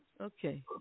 okay